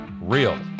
Real